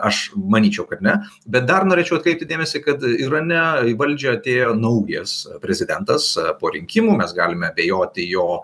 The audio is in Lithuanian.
aš manyčiau kad ne bet dar norėčiau atkreipti dėmesį kad irane į valdžią atėjo naujas prezidentas po rinkimų mes galime abejoti jo